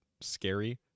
scary